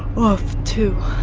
off too,